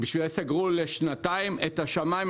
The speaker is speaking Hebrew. שסגרו לשנתיים את השמיים,